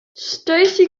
stacey